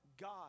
God